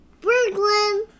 Brooklyn